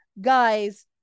guys